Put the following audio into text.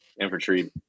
Infantry